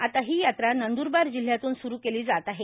आता ही यात्रा नंदूरबार जिल्ह्यातून स्रु केली जात आहे